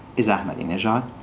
is ahmadinejad.